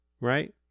right